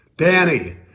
Danny